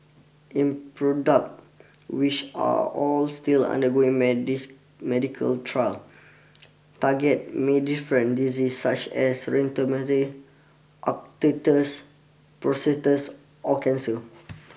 in product which are all still undergoing medical trial target may different diseases such as rheumatoid arthritis psoriasis or cancer